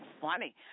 funny